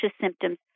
symptoms